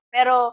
Pero